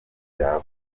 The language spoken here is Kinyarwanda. byaba